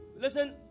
Listen